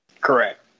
Correct